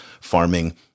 farming